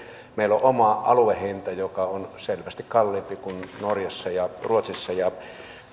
meillä on oma aluehinta joka on selvästi kalliimpi kuin norjassa ja ruotsissa